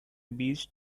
beach